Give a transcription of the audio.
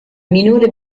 minore